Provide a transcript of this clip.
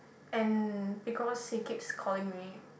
and because he keeps calling me